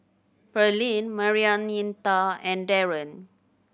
Pearline Marianita and Darren